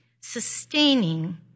sustaining